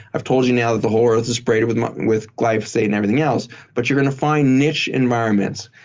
i've told you now that the whole earth is sprayed with ah with glyphosate and everything else but you're going to find niche environment.